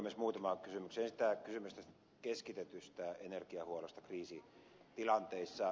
ensin tämä kysymys tästä keskitetystä energiahuollosta kriisitilanteissa